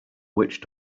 witch